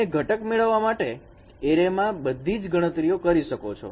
તમે ઘટક મેળવવા માટે એરે માં બધી જ ગણતરીઓ કરી શકો છો